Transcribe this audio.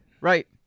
Right